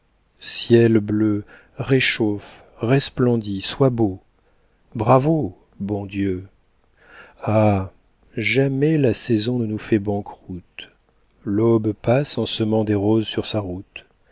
ciel bleu réchauffe resplendis sois beau bravo bon dieu ah jamais la saison ne nous fait banqueroute l'aube passe en semant des roses sur sa route